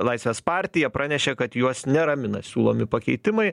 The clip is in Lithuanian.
laisvės partija pranešė kad juos neramina siūlomi pakeitimai